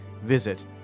Visit